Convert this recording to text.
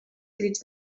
crits